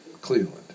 Cleveland